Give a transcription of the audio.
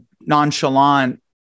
nonchalant